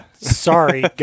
sorry